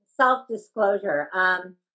self-disclosure